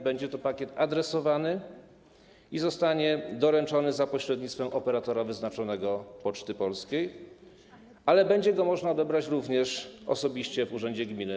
Będzie to pakiet adresowany i zostanie doręczony za pośrednictwem operatora wyznaczonego, Poczty Polskiej, ale będzie go można odebrać również osobiście w urzędzie gminy.